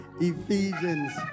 Ephesians